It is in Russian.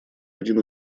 один